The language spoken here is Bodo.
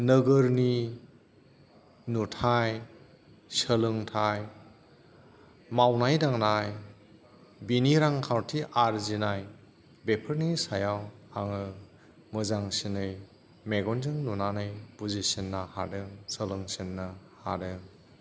नोगोरनि नुथाय सोलोंथाइ मावनाय दांनाय बिनि रांखान्थि आर्जिनाय बेफोरनि सायाव आङो मोजांसिनै मेगनजों नुनानै बुजिसिननो हादों सोलोंसिननो हादों